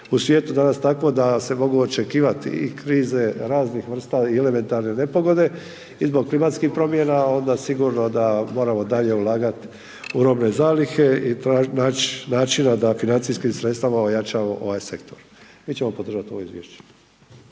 u svijetu danas takvo da se mogu očekivati i krize raznih vrsta i elementarne nepogode i zbog klimatskih promjena, onda sigurno da moramo dalje ulagati u robne zalihe i nać načina da financijskim sredstvima ojačamo ovaj sektor. Mi ćemo podržat ovo izvješće.